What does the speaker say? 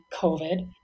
COVID